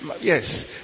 Yes